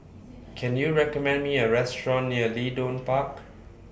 Can YOU recommend Me A Restaurant near Leedon Park